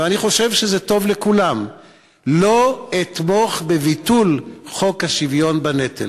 ואני חושב שזה טוב לכולם"; "לא אתמוך בביטול חוק השוויון בנטל".